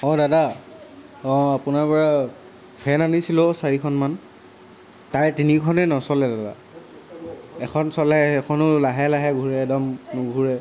অঁ দাদা অঁ আপোনাৰ পৰা ফেন আনিছিলো চাৰিখনমান তাৰে তিনিখনে নচলে দাদা এখন চলে সেইখনো লাহে লাহে ঘূৰে একদম নুঘূৰে